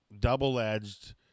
double-edged